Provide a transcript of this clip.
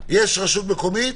רשות מקומית?